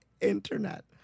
internet